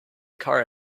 car